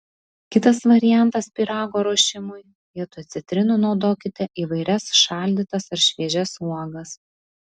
kitas variantas pyrago ruošimui vietoj citrinų naudokite įvairias šaldytas ar šviežias uogas